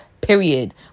period